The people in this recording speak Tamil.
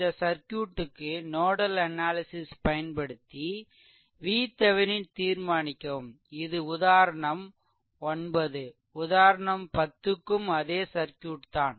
இந்த சர்க்யூட்டுக்கு நோடல் அனாலிசிஸ் பயன்படுத்தி VThevenin தீர்மானிக்கவும் இது உதாரணம் 9 உதாரணம் 10 க்கும் அதே சர்க்யூட் தான்